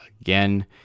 again